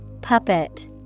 Puppet